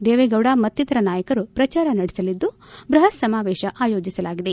ದೇವೇಗೌಡ ಮತ್ತಿತರ ನಾಯಕರು ಪ್ರಜಾರ ನಡೆಸಲಿದ್ದು ಬೃಹತ್ ಸಮಾವೇಶ ಆಯೋಜಿಸಲಾಗಿದೆ